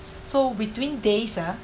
so between days ah